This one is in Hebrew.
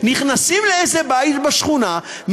נכנסים לאיזה בית בשכונה,